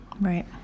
right